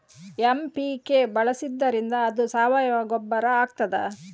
MPK ಬಳಸಿದ್ದರಿಂದ ಅದು ಸಾವಯವ ಗೊಬ್ಬರ ಆಗ್ತದ?